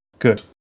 Good